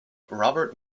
robert